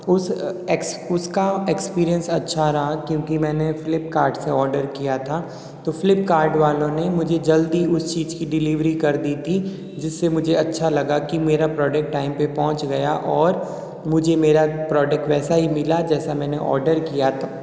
उस उसका एक्सपीरियंस अच्छा रहा क्योंकि मैंने फ्लिप्कार्ट से ऑर्डर किया था तो फ्लिप्कार्ट वालों मुझे जल्दी उस चीज की डिलीवरी कर दी थी जिससे मुझे अच्छा लगा कि मेरा प्रॉडेक्ट टाइम पे पहुँच गया और मुझे मेरा प्रॉडेक्ट वैसा ही मिला जैसा मैंने ऑर्डर किया था